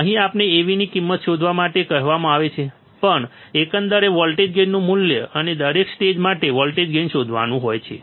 અહીં આપણને Av ની કિંમત શોધવા માટે કહેવામાં આવે છે આપણે એકંદરે વોલ્ટેજ ગેઇનનું મૂલ્ય અને દરેક સ્ટેજ માટે વોલ્ટેજ ગેઇન શોધવાનું હોય છે